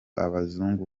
abazungu